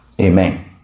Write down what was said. Amen